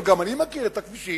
אבל גם אני מכיר את הכבישים.